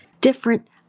Different